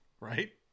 right